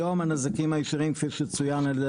היום הנזקים הישירים כפי שצוין על ידי